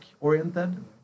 oriented